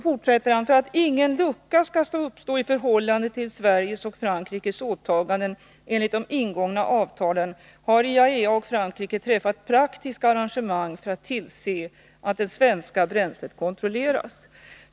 För att ingen lucka skall uppstå i förhållande till Sveriges och Frankrikes åtaganden enligt de ingångna avtalen har IAEA och Frankrike träffat praktiska arrangemang för att tillse att det svenska bränslet kontrolleras.